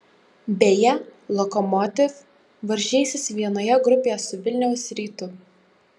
beje lokomotiv varžysis vienoje grupėje su vilniaus rytu